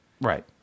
Right